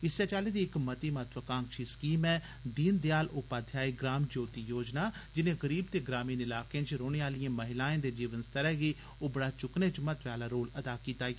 इस्सै चाल्ली दी इक मती महत्वाकांक्षी स्कीम ऐ दीन दयाल उपाध्याय ग्राम ज्योति योजना जिनें गरीबते ग्रामीण इलाकें च रौह्ने आलिएं महिलाएं दे जीवन स्तरै गी उबड़ा चुक्कने च महत्वै आला रोल अदा कीता ऐ